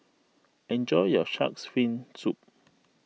enjoy your Shark's Fin Soup